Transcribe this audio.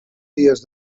dies